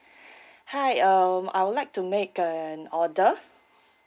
hi um I would like to make an order